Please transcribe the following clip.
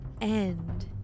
end